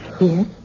Yes